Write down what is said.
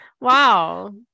Wow